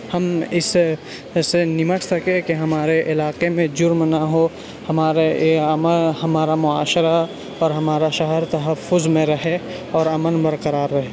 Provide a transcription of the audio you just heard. ہم اس سے اس سے نمٹ سکیں کہ ہمارے علاقے میں جرم نہ ہو ہمارا ہمارا معاشرہ اور ہمارا شہر تحفظ میں رہے اور امن برقرار رہ